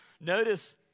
Notice